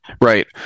Right